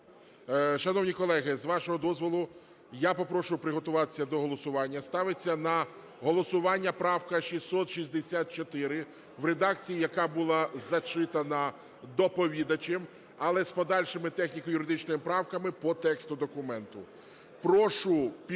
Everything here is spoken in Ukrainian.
Шановні колеги, з вашого дозволу, я попрошу приготуватися до голосування. Ставиться на голосування правка 664 в редакції, яка була зачитана доповідачем, але з подальшими техніко-юридичними правками по тексту документу.